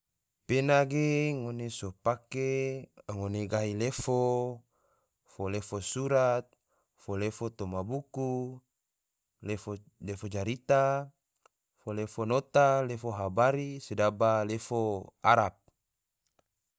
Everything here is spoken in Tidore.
Pena ge ngone so pake ngone gahi lefo, fo lefo surat, fo lefo toma buku, lefo carita, fo lefo nota, lefo habari sedaba lefo arab